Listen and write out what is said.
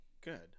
Good